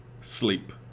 sleep